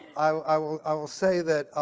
i will i will say that